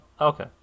Okay